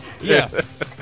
Yes